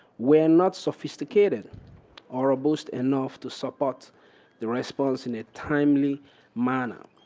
were not sophisticated or ah boosted enough to support the response in a timely manner.